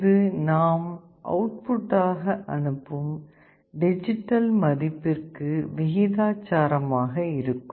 இது நாம் அவுட்புட்டாக அனுப்பும் டிஜிட்டல் மதிப்பிற்கு விகிதாச்சாரம் ஆக இருக்கும்